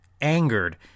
angered